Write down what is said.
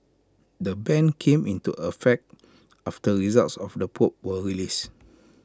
the ban came into effect after results of the probe were released